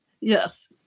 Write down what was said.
yes